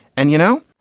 and, you know,